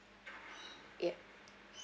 ya